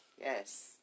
Yes